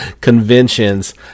conventions